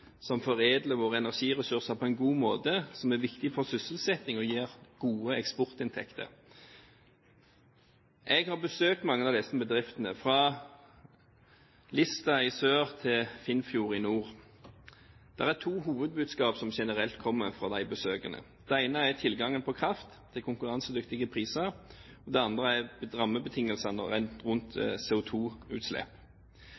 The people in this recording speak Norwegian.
som foredler våre energiressurser på en god måte, som er viktig for sysselsetting og gir gode eksportinntekter. Jeg har besøkt mange av disse bedriftene, fra Lista i sør til Finnfjord i nord. Det er to hovedbudskap som generelt kommer fra de besøkene. Det ene er tilgangen på kraft til konkurransedyktige priser. Det andre er rammebetingelsene rundt